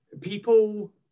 People